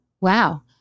Wow